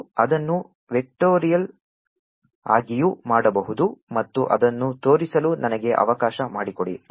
ನೀವು ಅದನ್ನು ವೆಕ್ಟೋರಿಯಲ್ ಆಗಿಯೂ ಮಾಡಬಹುದು ಮತ್ತು ಅದನ್ನು ತೋರಿಸಲು ನನಗೆ ಅವಕಾಶ ಮಾಡಿಕೊಡಿ